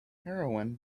heroine